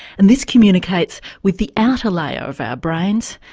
and this communicates with the outer layer of our brains,